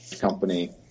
company